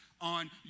on